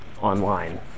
online